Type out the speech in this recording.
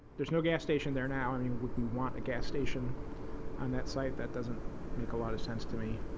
there's no gas station there now. i mean would we want a gas station on that site, that doesn't make a lot of sense to mei